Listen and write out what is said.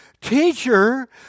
Teacher